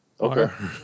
Okay